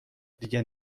دیگه